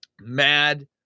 mad